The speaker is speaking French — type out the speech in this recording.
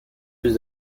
plus